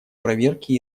проверки